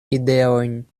ideojn